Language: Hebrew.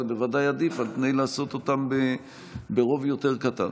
ודאי עדיף על פני לעשות אותם ברוב יותר קטן.